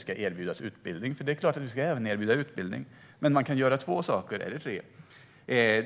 ska erbjudas utbildning. Det är klart att vi även ska erbjuda utbildning. Man kan göra två saker, eller tre.